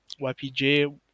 YPJ